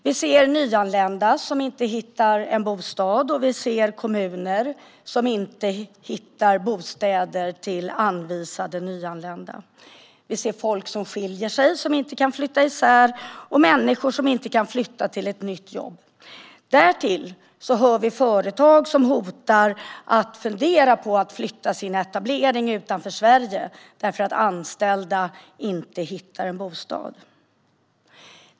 Vi ser nyanlända som inte hittar någon bostad, och vi ser kommuner som inte hittar bostäder till anvisade nyanlända. Vi ser människor som skiljer sig och inte kan flytta isär, och vi ser andra som inte kan flytta dit där det finns nya jobb. Vi hör dessutom om företag som funderar på och hotar med att flytta sin etablering från Sverige på grund av att anställda inte hittar någon bostad.